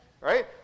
Right